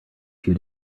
few